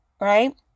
Right